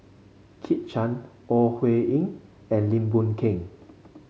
Kit Chan Ore Huiying and Lim Boon Keng